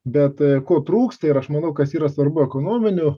bet ko trūksta ir aš manau kas yra svarbu ekonominiu